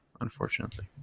unfortunately